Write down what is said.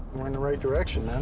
we're in the right direction,